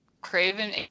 Craven